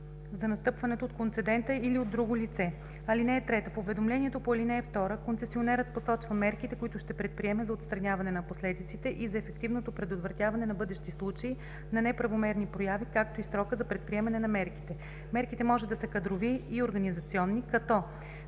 за настъпването от концедента или от друго лице. (3) В уведомлението по ал. 2 концесионерът посочва мерките, които ще предприеме за отстраняване на последиците и за ефективното предотвратяване на бъдещи случаи на неправомерни прояви, както и срока за предприемане на мерките. Мерките може да са кадрови и организационни, като: